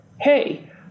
hey